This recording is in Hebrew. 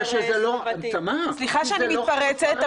סליחה שאני מתפרצת.